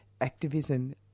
activism